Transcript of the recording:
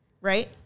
Right